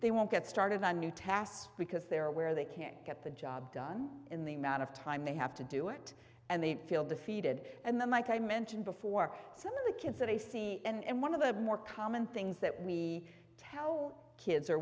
they won't get started on new tasks because there where they can't get the job done in the amount of time they have to do it and they feel defeated and the mike i mentioned before some of the kids that i see and one of the more common things that we tell kids are